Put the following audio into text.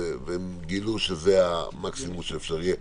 והם גילו שזה המקסימום שאפשר יהיה,